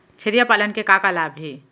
छेरिया पालन के का का लाभ हे?